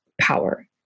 power